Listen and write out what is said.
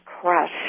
Crush